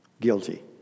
Guilty